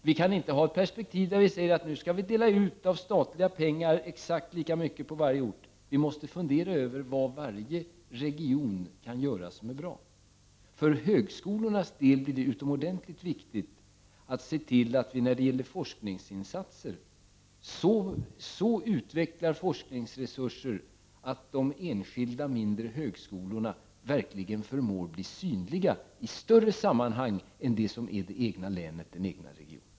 Vi kan inte ha ett perspektiv där vi säger att vi skall dela ut exakt lika mycket av statliga pengar till varje ort. Vi måste fundera över vad varje enskild region kan göra som är bra. För högskolornas del blir det utomordentligt viktigt att se till att vi när det gäller forskningsinsatser utvecklar forskningsresurser så att de enskilda mindre högskolorna verkligen förmår bli synliga i ett större sammanhang än det egna länet, den egna regionen.